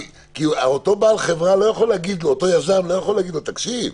כי אותו יזם לא יכול להגיד לו: תקשיב,